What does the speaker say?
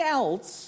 else